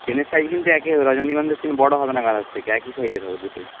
চেনের সাইজ কিন্তু একই হবে রজনীগন্ধার চেন বড়ো হবে না গাঁদার থেকে একই সাইজের হবে দুটোই